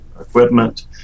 equipment